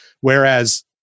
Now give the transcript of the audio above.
Whereas